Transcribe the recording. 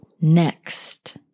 Next